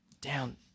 down